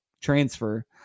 transfer